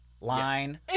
line